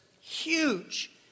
huge